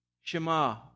Shema